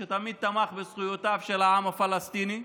שתמיד תמך בזכויותיו של העם הפלסטיני.